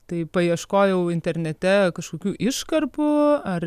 tai paieškojau internete kažkokių iškarpų ar